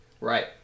Right